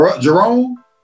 Jerome